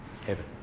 Heaven